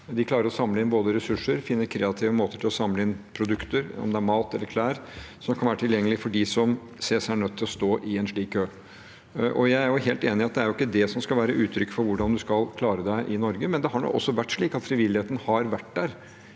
De klarer både å samle inn ressurser og å finne kreative måter å samle inn produkter på, om det er mat eller klær, som kan være tilgjengelige for dem som ser seg nødt til å stå i en slik kø. Jeg er helt enig i at det ikke er det som skal være uttrykk for hvordan man skal klare seg i Norge, men det har vært slik at frivilligheten har vært der